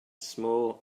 small